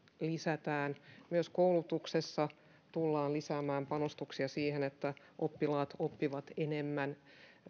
lisätään myös koulutuksessa tullaan lisäämään panostuksia siihen että oppilaat oppivat enemmän